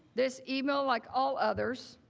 this email, like all others,